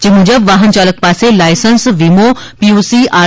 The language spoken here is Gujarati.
જે મુજબ વાહનચાલક પાસે લાયસન્સ વીમો પીયુસી આર